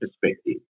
perspective